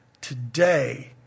Today